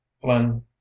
Flynn